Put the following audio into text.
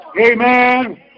Amen